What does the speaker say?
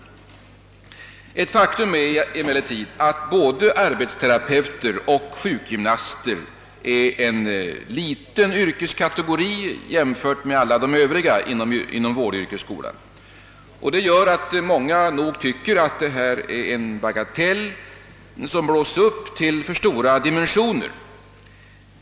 Det är ett faktum att både arbetsterapeuter och sjukgymnaster är en liten yrkeskategori jämfört med de övriga inom vårdyrkesskolan. Många anser därför att denna fråga är en bagatell som blåsts upp till för stora dimensioner.